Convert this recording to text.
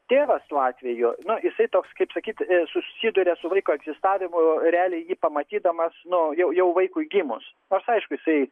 tėvas tuo atveju nu jisai toks kaip sakyt susiduria su vaiko egzistavimui realiai jį pamatydamas nu jau jau vaikui gimus nors aišku jisai